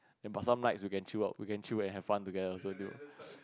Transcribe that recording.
then plus some nights we can chill out we can chill and have fun together also dude